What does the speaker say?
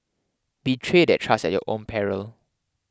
betray that trust at your own peril